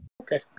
Okay